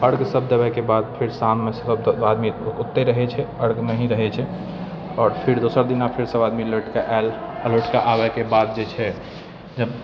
अर्घ सभ देबैके बाद फेर शाममे सभ आदमी ओतेय रहै छै अर्घमे हि रहै छै आओर फिर दोसर दिना फिर सभ आदमी लौटिके आयल आओर ओतयसँ आबैके बाद जेछै